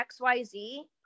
XYZ